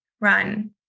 run